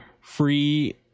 Free